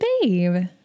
Babe